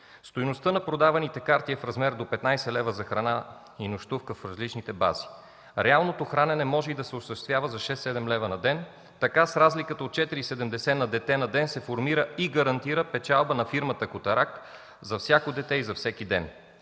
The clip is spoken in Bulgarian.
Стойността на продаваните карти е в размер до 15 лв. за храна и нощувка в различните бази. Реалното хранене може и да се осъществява и за 6-7 лв. на ден. Така с разликата от 4,70 лв. на дете на ден се формира и гарантира печалба на фирмата „Котарак” за всяко дете и за всеки ден.